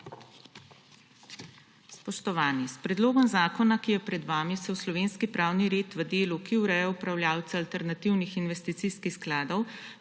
Spoštovani! S predlogom zakona, ki je pred vami, se v slovenski pravni red v delu, ki ureja upravljavca alternativnih investicijskih skladov,